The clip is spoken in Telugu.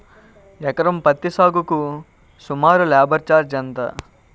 ఎకరం పత్తి సాగుకు సుమారు లేబర్ ఛార్జ్ ఎంత?